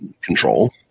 control